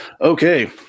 Okay